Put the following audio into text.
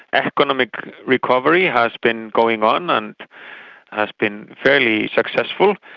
economic recovery has been going on and has been fairly successful.